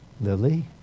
Lily